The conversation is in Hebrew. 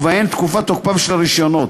ובהן: תקופת תוקפם של הרישיונות,